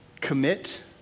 Commit